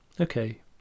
Okay